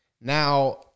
Now